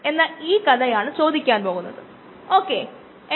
12